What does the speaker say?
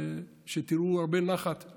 שתראו הרבה נחת,